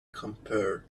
compare